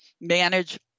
manage